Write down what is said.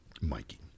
mikey